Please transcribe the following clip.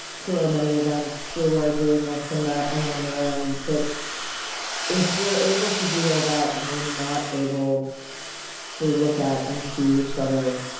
through our many events, through our doing this and that and running around, but if we're able to do all that, and we're not able to look at and see each other,